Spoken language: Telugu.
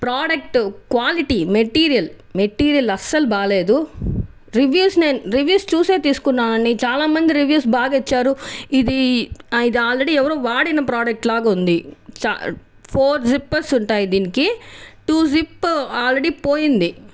ప్రోడక్ట్ క్వాలిటీ మెటీరియల్ మెటీరియల్ అస్సలు బాగలేదు రివ్యూస్ నేను రివ్యూస్ చూసే తీసుకున్నాను చాలా మంది రివ్యూస్ బాగా ఇచ్చారు ఇది ఇది ఆల్రెడీ ఎవరో వాడిన ప్రోడక్ట్ లాగా ఉంది ఫోర్ జిప్పర్స్ ఉంటాయి దీనికి టూ జిప్ ఆల్రెడీ పోయింది